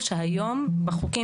נניח חשמל,